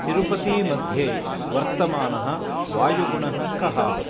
तिरुपतिमध्ये वर्तमानः वायुगुणः कः